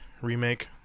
remake